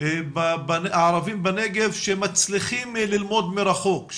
הערבים בנגב שמצליחים ללמוד מרחוק,